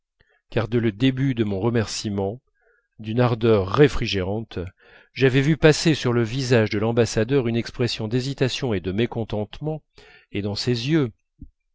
car dès le début de mon remerciement d'une ardeur réfrigérante j'avais vu passer sur le visage de l'ambassadeur une expression d'hésitation et de mécontentement et dans ses yeux